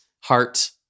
heart